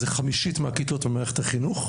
זה חמישית מהכיתות במערכת החינוך,